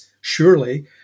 surely